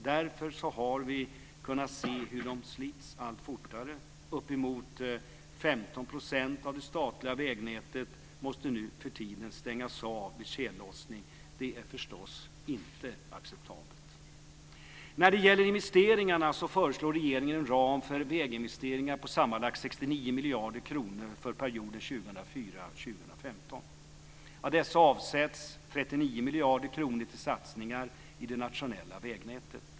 Därför har vi kunnat se hur de slits allt fortare. Uppemot 15 % av det statliga vägnätet måste nuförtiden stängas av vid tjällossning. Det är förstås inte acceptabelt. 2004-2015. Av dessa avsätts 39 miljarder kronor till satsningar i det nationella vägnätet.